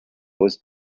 was